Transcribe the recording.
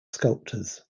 sculptors